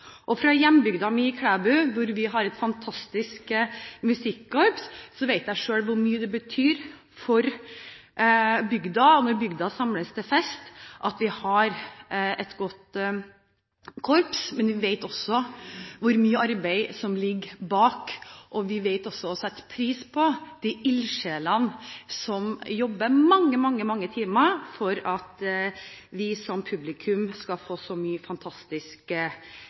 kulturarv. Fra hjembygda mi, Klæbu, hvor vi har et fantastisk musikkorps, vet jeg selv hvor mye det betyr for bygda at vi har et godt korps når bygda samles til fest. Men vi vet også hvor mye arbeid som ligger bak, og vi vet å sette pris på de ildsjelene som jobber mange, mange, mange timer for at vi som publikum skal få så mye fantastisk